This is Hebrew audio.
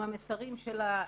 עם המסרים שלה,